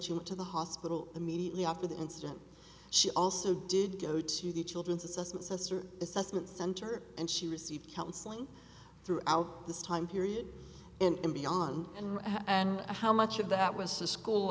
she went to the hospital immediately after the incident she also did go to the children's assessor assessment center and she received counseling throughout this time period and beyond and and how much of that was a school